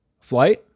flight